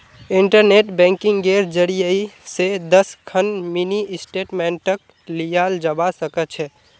internet बैंकिंगेर जरियई स दस खन मिनी स्टेटमेंटक लियाल जबा स ख छ